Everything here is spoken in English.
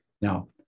Now